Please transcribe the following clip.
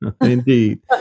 Indeed